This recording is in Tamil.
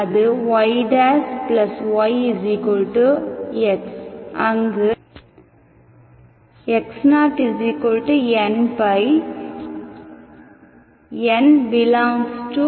அது yy x அங்கு x0 nπ n∈N